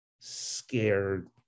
scared